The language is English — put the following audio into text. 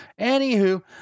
Anywho